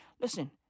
listen